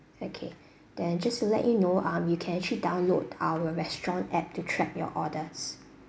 okay then just to let you know um you can actually download our restaurant app to track your orders